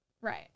Right